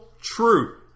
true